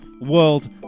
World